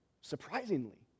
surprisingly